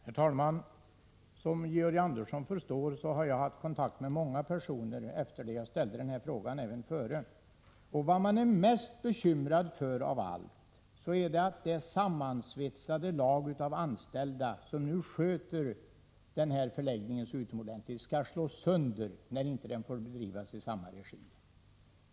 Herr talman! Som Georg Andersson förstår har jag haft kontakt med många personer efter det att jag ställde denna fråga — och även före. Vad man är mest bekymrad för av allt är att det sammansvetsade lag av anställda som nu sköter denna förläggning så utomordentligt skall slås sönder, när den inte får bedrivas i samma regi.